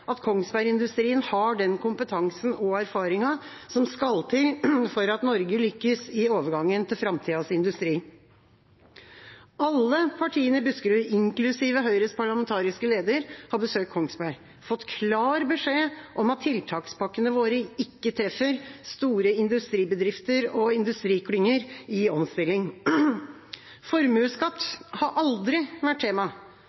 at kongsbergindustrien har den kompetansen og erfaringen som skal til for at Norge skal lykkes i overgangen til framtidas industri. Alle partiene i Buskerud, inklusive Høyres parlamentariske leder, har besøkt Kongsberg og fått klar beskjed om at tiltakspakkene våre ikke treffer store industribedrifter og industriklynger i omstilling. Formuesskatt